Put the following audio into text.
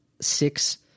six